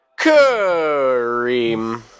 Kareem